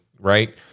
Right